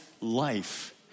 life